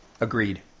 Agreed